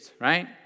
right